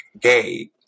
gay